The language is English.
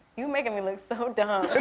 you're making me look so dumb.